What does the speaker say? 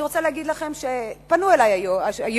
אני רוצה להגיד לכם שפנו אלי היום,